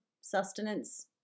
sustenance